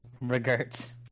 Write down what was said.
Regrets